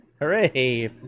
Hooray